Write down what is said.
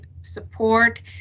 support